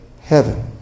heaven